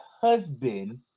husband